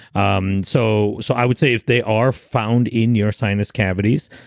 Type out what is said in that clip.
um so so i would say if they are found in your sinus cavities,